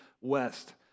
west